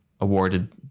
awarded